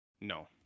No